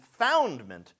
confoundment